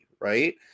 right